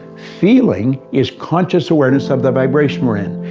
feeling is conscious awareness of the vibration we're in.